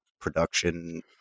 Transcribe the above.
production